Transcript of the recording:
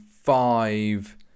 five